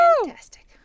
Fantastic